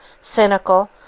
cynical